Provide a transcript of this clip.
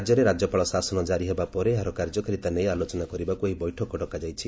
ରାଜ୍ୟରେ ରାଜ୍ୟପାଳ ଶାସନ ଜାରି ହେବା ପରେ ଏହାର କାର୍ଯ୍ୟକାରିତା ନେଇ ଆଲୋଚନା କରିବାକୁ ଏହି ବୈଠକ ଡକାଯାଇଛି